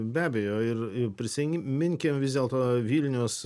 be abejo ir prisiminkim vis dėlto vilnius